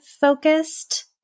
focused